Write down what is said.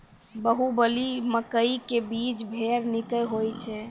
बाहुबली मकई के बीज बैर निक होई छै